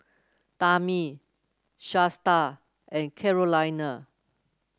Tammi Shasta and Carolina